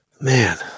Man